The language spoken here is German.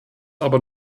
aber